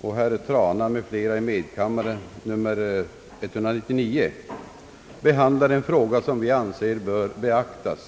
samt den likalydande motionen nr 199 i andra kammaren av herr Trana m.fl. behandlar en fråga som vi anser bör beaktas.